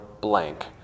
blank